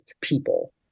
people